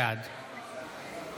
בעד